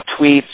tweets